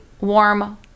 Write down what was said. warm